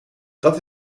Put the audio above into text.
dat